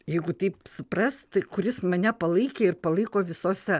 jeigu taip suprast kuris mane palaikė ir palaiko visose